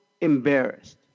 embarrassed